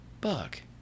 buck